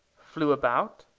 flew about.